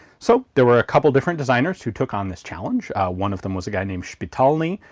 so there were a couple different designers, who took on this challenge one of them was a guy named shpitalnyi,